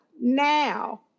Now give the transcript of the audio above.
now